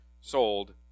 sold